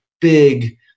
big